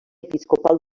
episcopal